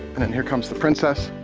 and then here comes the princess.